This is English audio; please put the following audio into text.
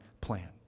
plan